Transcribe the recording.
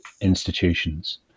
institutions